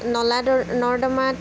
নলাডৰ নৰ্দমাত